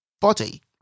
body